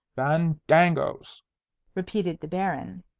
fandangoes! repeated the baron.